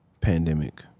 Pandemic